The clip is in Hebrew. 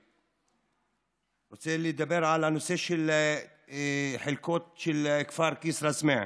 אני רוצה לדבר על הנושא של חלוקת הכפר כסרא-סמיע.